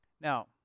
Now